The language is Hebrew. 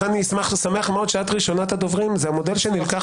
לכן אני שמח שאת ראשונת הדוברים המודל שנלקח